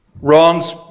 wrongs